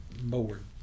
board